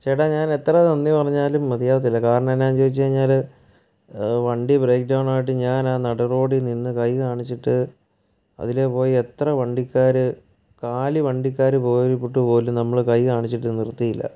ചേട്ടാ ഞാൻ എത്ര നന്ദി പറഞ്ഞാലും മതിയാവത്തില്ല കാരണം എന്താന്ന് ചോദിച്ചു കഴിഞ്ഞാൽ വണ്ടി ബ്രേക്ഡൗൺ ആയിട്ട് ഞാൻ ആ നടു റോഡിൽ നിന്ന് കൈകാണിച്ചിട്ട് അതിലെപോയ എത്ര വണ്ടിക്കാർ കാലി വണ്ടിക്കാർ പോയിട്ട് പോലും നമ്മൾ കൈകാണിച്ചിട്ട് നിർത്തിയില്ല